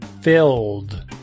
filled